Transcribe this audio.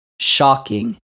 shocking